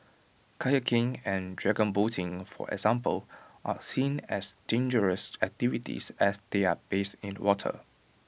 kayaking and dragon boating for example are seen as dangerous activities as they are based in water